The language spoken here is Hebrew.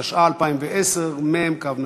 התשע"א 2010, נתקבלה.